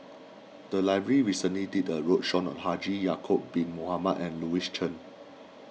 the library recently did a roadshow on Haji Ya'Acob Bin Mohamed and Louis Chen